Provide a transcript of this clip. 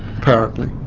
apparently.